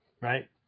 Right